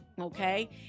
Okay